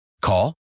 Call